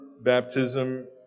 baptism